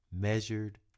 measured